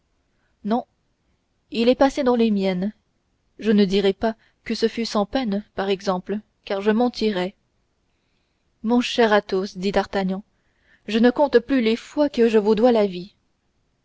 non il est passé dans les miennes je ne dirai pas que ce fut sans peine par exemple car je mentirais mon cher athos dit d'artagnan je ne compte plus les fois que je vous dois la vie